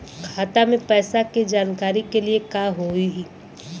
खाता मे पैसा के जानकारी के लिए का होई?